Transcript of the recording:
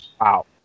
wow